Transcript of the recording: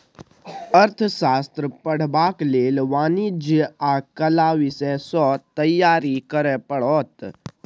अर्थशास्त्र पढ़बाक लेल वाणिज्य आ कला विषय सँ तैयारी करय पड़तौ